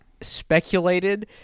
speculated